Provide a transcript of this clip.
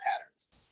patterns